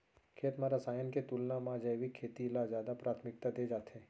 खेत मा रसायन के तुलना मा जैविक खेती ला जादा प्राथमिकता दे जाथे